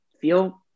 feel